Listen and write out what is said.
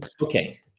Okay